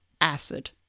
acid